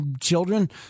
children